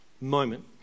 moment